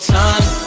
time